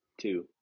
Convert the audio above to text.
two